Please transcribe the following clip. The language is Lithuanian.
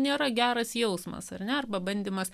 nėra geras jausmas ar ne arba bandymas